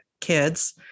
kids